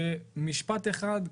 משפט אחד,